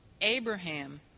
Abraham